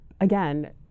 again